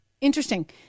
interesting